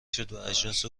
شدواجناس